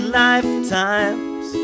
lifetimes